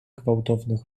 gwałtownych